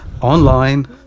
online